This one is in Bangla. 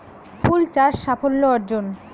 ফুল চাষ সাফল্য অর্জন?